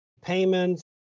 payments